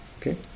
Okay